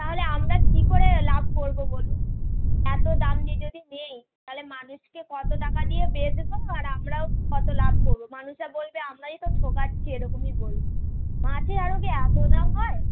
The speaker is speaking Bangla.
তাহলে আমরা কী করে লাভ করবো বলুন এতো দাম দিয়ে যদি নেই তালে মানুষকে কতো টাকা দিয়ে বেচবো আর আমরাও কতো লাভ করবো মানুষরা বলবে আমরাই তো ঠকাচ্ছি এরকমই বলবে মাছের আড়তে এতো দাম হয়